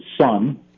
son